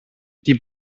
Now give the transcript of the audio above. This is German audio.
die